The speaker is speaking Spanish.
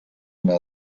una